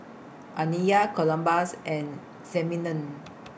Aniya Columbus and Simeon